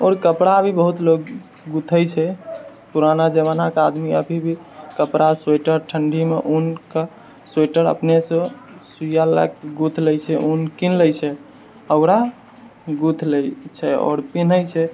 आओर कपड़ा भी बहुत लोग गुथै छै पुराना जमाना के आदमी अभी भी कपड़ा स्वेटर ठण्डीमे ऊन के स्वेटर अपनेसँ सुइया लए कऽ गुथि लै छै ऊन कीन लै छै आओर ओकरा गुथि लै छै आओर पिन्है छै